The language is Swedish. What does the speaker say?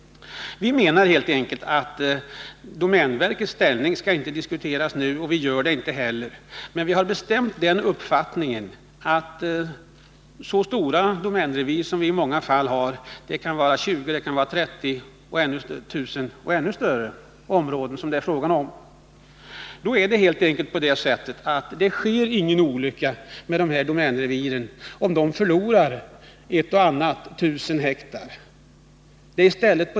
Vi menar helt enkelt att domänverkets ställning inte skall diskuteras nu, och vi gör det inte heller. Men vi har den bestämda uppfattningen att med tanke på de stora domänrevir som vi i många fall har — 20 000-30 000 hektar eller ännu mer — är det ingen olycka om dessa domänrevir förlorar ett par tusen hektar.